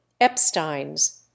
Epsteins